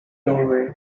doorways